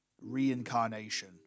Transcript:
reincarnation